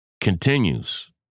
continues